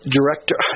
Director